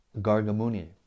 Gargamuni